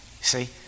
see